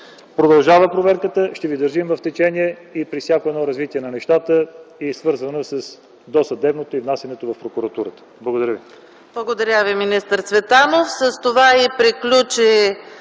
Продължава проверката, ще Ви държим в течение и при всяко едно развитие на нещата, свързано с досъдебното производство и внасянето в Прокуратурата. Благодаря ви.